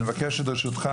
אני מבקש את רשותך,